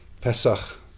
Pesach